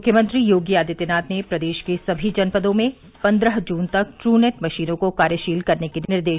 मुख्यमंत्री योगी आदित्यनाथ ने प्रदेश के सभी जनपदों में पंद्रह जून तक ट्रनेट मशीनों को कार्यशील करने के दिए निर्देश